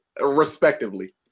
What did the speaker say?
respectively